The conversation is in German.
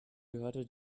gehörte